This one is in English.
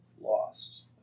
lost